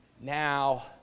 Now